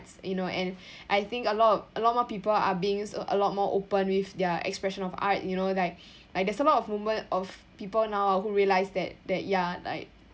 you know and I think a lot of a lot more people are being a lot more open with their expression of art you know like like there's a lot> of movement of people now who realize that that ya like